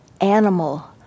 animal